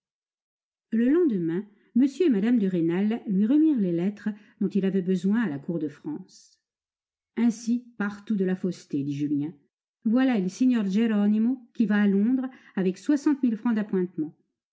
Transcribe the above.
le lendemain m et mme de rênal lui remirent les lettres dont il avait besoin à la cour de france ainsi partout de la fausseté dit julien voilà il signor geronimo qui va à londres avec soixante mille francs d'appointements